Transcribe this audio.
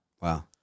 wow